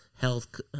health